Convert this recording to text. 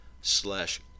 slash